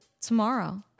tomorrow